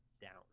down